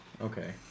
Okay